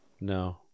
No